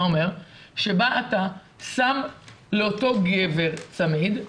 זה אומר שאתה בא ושם לאותו גבר צמיד,